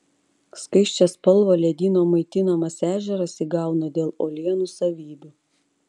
skaisčią spalvą ledyno maitinamas ežeras įgauna dėl uolienų savybių